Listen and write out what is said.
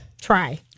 try